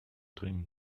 dringend